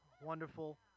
Wonderful